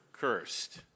Cursed